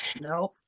no